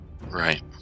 Right